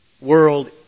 world